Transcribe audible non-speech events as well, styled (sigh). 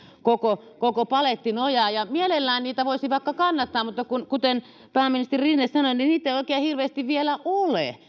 koko koko paletti nojaa mielellään niitä voisi vaikka kannattaa mutta kuten pääministeri rinne sanoi niin niitä ei oikein hirveästi vielä ole (unintelligible)